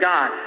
God